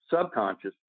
subconscious